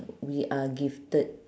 we are gifted